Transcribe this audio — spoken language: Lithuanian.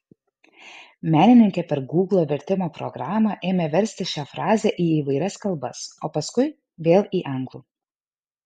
menininkė per gūglo vertimo programą ėmė versti šią frazę į įvairias kalbas o paskui vėl į anglų